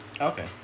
Okay